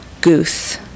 Goose